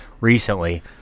recently